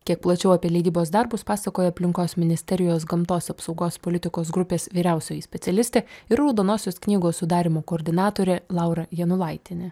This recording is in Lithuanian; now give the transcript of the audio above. kiek plačiau apie leidybos darbus pasakoja aplinkos ministerijos gamtos apsaugos politikos grupės vyriausioji specialistė ir raudonosios knygos sudarymo koordinatorė laura janulaitienė